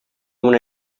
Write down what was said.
una